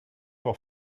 pour